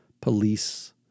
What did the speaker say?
Police